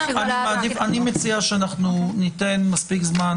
אבל אני מציע שניתן מספיק זמן,